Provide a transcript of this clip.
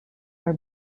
are